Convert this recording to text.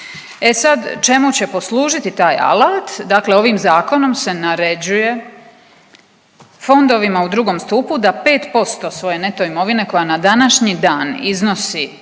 E sad, čemu će poslužiti taj alat, dakle ovim zakonom se naređuje fondovima u drugom stupu da 5% svoje neto imovine koja na današnji dan iznosi